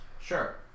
Sure